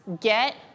get